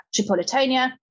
Tripolitania